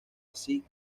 así